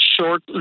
short